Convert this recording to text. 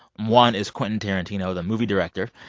one is quentin tarantino, the movie director.